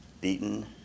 Beaten